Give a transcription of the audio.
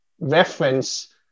reference